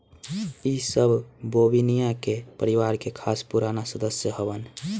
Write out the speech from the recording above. इ सब बोविना के परिवार के खास पुराना सदस्य हवन